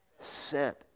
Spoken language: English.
Sent